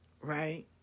right